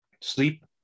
Sleep